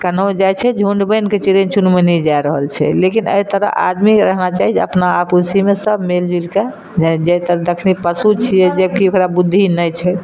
केनहो जाइ छै झुण्ड बनिके चिड़य चुनमुनी जा रहल छै लेकिन अि तरहे आदमीके रहना चाही जे अपना आप उसीमे सब मिलजुलिके लागि जाइ जखनी पशु छियै जबकि ओकरा बुद्धि नहि छै